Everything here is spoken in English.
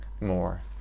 more